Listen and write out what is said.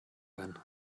ein